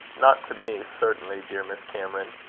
not to me, certainly, dear miss cameron.